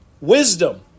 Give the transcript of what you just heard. Wisdom